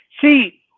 see